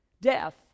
Death